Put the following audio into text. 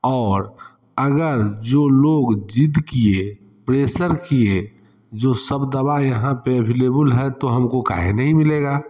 और अगर जो लोग जिद किए प्रेसर किए जो सब दवा यहाँ पर अवेलेबुल है तो हमको काहे नहीं मिलेगा